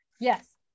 yes